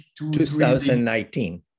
2019